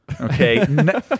Okay